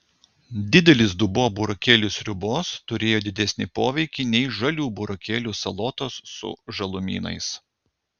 didelis dubuo burokėlių sriubos turėjo didesnį poveikį nei žalių burokėlių salotos su žalumynais